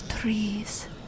Trees